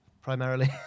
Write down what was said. Primarily